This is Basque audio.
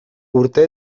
urte